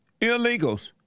illegals